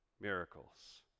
miracles